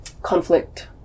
conflict